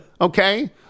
Okay